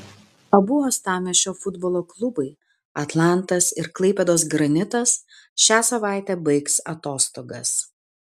abu uostamiesčio futbolo klubai atlantas ir klaipėdos granitas šią savaitę baigs atostogas